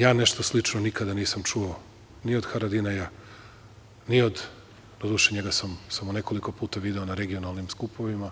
Ja nešto slično nikada nisam čuo ni od Haradinaja, ni od, doduše njega sam samo nekoliko puta video na regularnim skupovima,